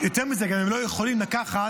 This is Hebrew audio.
יותר מזה, הם גם לא יכולים לקחת